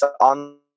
on